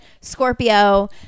Scorpio